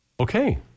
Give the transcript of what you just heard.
Okay